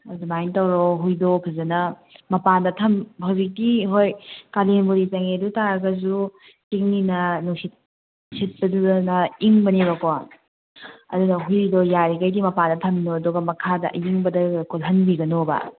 ꯑꯗꯨꯃꯥꯏꯅ ꯇꯧꯔꯣ ꯍꯨꯏꯗꯣ ꯐꯖꯅ ꯃꯄꯥꯟꯗ ꯍꯧꯖꯤꯛꯇꯤ ꯍꯣꯏ ꯀꯥꯂꯦꯟꯕꯨꯗꯤ ꯆꯪꯉꯛꯑꯦ ꯑꯗꯨ ꯇꯥꯔꯒꯁꯨ ꯏꯪꯏꯅ ꯅꯨꯡꯁꯤꯠ ꯁꯤꯠꯄꯗꯨꯗꯅ ꯏꯪꯕꯅꯦꯕꯀꯣ ꯑꯗꯨꯅ ꯍꯨꯏꯗꯣ ꯌꯥꯔꯤꯈꯩꯗꯤ ꯃꯄꯥꯟꯗ ꯊꯝꯃꯣ ꯑꯗꯨꯒ ꯃꯈꯥꯗ ꯑꯏꯪꯕꯗꯒ ꯀꯨꯜꯍꯟꯕꯤꯒꯅꯣꯕ